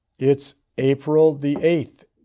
it's april the eighth.